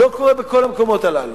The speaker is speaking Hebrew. לא קורה בכל המקומות הללו.